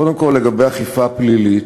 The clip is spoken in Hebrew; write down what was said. קודם כול, לגבי אכיפה פלילית,